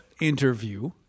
interview